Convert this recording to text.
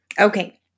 Okay